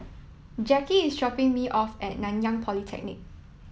Jacki is dropping me off at Nanyang Polytechnic